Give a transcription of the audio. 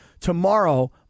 Tomorrow